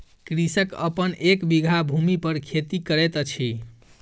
कृषक अपन एक बीघा भूमि पर खेती करैत अछि